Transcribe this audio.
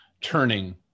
turning